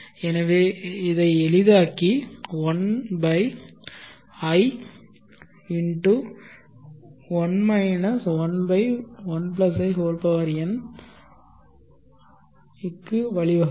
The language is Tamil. எனவே இதை எளிதாக்கி 1i1 11in to க்கு வழிவகுக்கும்